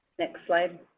next slide.